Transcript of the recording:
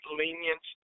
lenient